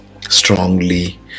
strongly